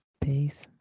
Peace